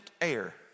Air